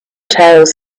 tales